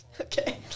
Okay